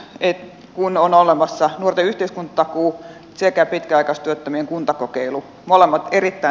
ecuun on olemassa nuorten yhteiskuntatakuu sekä pitkäaikaistyöttömien kuntakokeilu molemmat piritta